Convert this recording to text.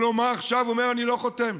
עכשיו הוא אומר: אני לא חותם.